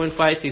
5 6